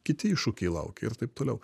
kiti iššūkiai laukia ir taip toliau